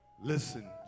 Listen